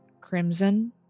crimson